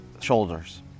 shoulders